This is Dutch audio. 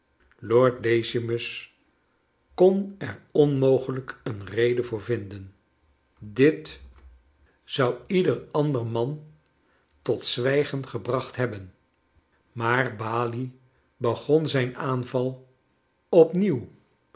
lord decimus kon er onmogelijk een reden voor vinden dit zou ieder ander man tot zwijgen gebracht hebben maar balie begon zijn aanval opnieuw